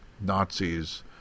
Nazis